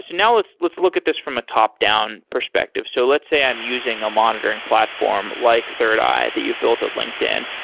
so now let's let's look at this from a top-down perspective. so let's say i'm using a monitoring platform like thirdeye that you've built at linkedin,